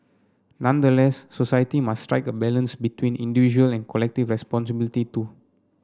nonetheless society must strike a balance between individual and collective responsibility too